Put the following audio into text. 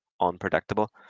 unpredictable